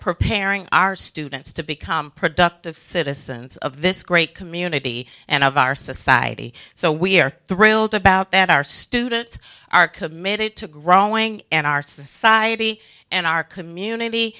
preparing our students to become productive citizens of this great community and of our society so we're thrilled about that our students are committed to growing in our society and our community